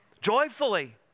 joyfully